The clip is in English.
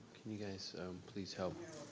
can you guys please help?